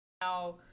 Now